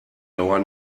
dauer